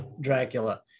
Dracula